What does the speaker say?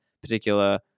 particular